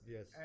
Yes